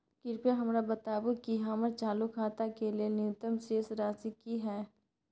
कृपया हमरा बताबू कि हमर चालू खाता के लेल न्यूनतम शेष राशि की हय